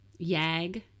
Yag